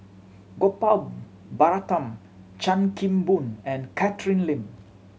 Gopal Baratham Chan Kim Boon and Catherine Lim